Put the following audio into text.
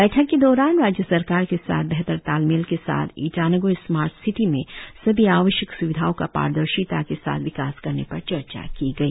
बैठक के दौरान राज्य सरकार के साथ बेहतर तालमेल के साथ ईटानगर स्मार्ट सिटी में सभी आवश्यक सुविधाओं का पारदर्शिता के साथ विकास करने पर चर्चा की गई